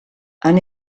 han